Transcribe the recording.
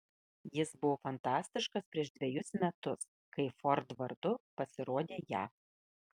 jis buvo fantastiškas prieš dvejus metus kai ford vardu pasirodė jav